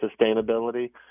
sustainability